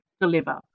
deliver